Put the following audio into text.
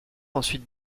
ensuite